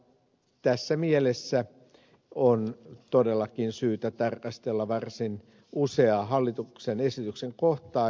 tässä mielessä on todellakin syytä tarkastella varsin useaa hallituksen esityksen kohtaa